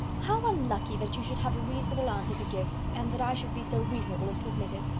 how unlucky that you should have a reasonable answer to give, and that i should be so reasonable as to admit it!